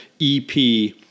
EP